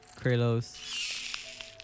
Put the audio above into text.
Kralos